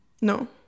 No